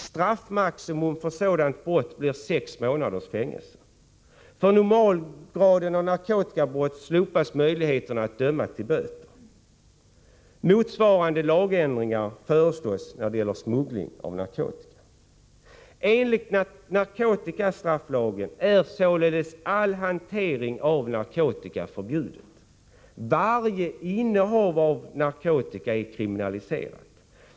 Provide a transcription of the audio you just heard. Straffmaximum för sådant brott blir sex månaders fängelse. 4. Motsvarande lagändringar föreslås när det gäller smuggling av narkotika. Enligt narkotikastrafflagen är således all hantering av narkotika förbjuden. Varje innehav av narkotika är kriminaliserat.